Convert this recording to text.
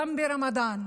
גם ברמדאן.